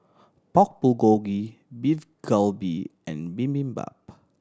Pork Bulgogi Beef Galbi and Bibimbap